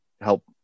help